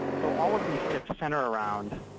so all of these tips center around